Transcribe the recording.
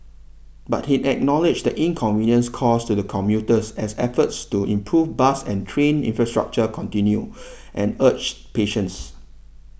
but he acknowledged the inconvenience caused to commuters as efforts to improve bus and train infrastructure continue and urged patience